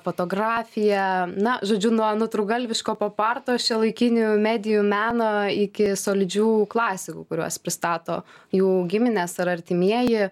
fotografija na žodžiu nuo nutrūktgalviško poparto šiuolaikinių medijų meno iki solidžių klasikų kuriuos pristato jų gimines ar artimieji